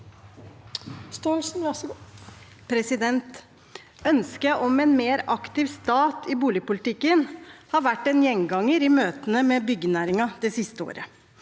Ønsket om en mer aktiv stat i boligpolitikken har vært en gjenganger i møtene med byggenæringen det siste året.